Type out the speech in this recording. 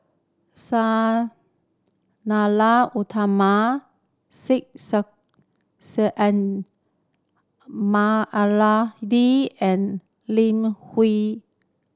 Sang Nila Utama Syed and Lim Hwee